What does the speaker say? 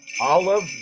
Olive